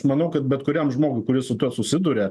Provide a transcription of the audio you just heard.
manau kad bet kuriam žmogui kuris su tuo susiduria